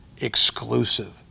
exclusive